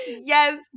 yes